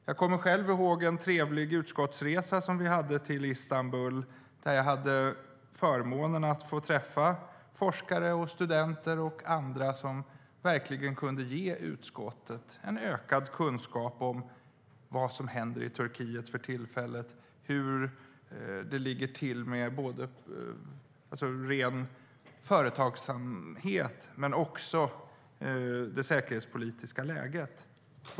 Jag kommer själv ihåg en trevlig utskottsresa till Istanbul, där jag hade förmånen att träffa forskare, studenter och andra som verkligen kunde ge utskottet en ökad kunskap om vad som händer i Turkiet för tillfället, hur det ligger till med ren företagsamhet men också det säkerhetspolitiska läget.